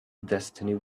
destiny